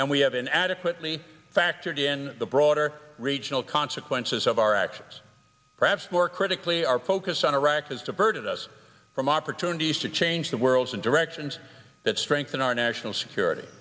and we haven't adequately factored in the broader regional consequences of our actions perhaps more critically our focus on iraq has diverted us from opportunities to change the world in directions that strengthen our national security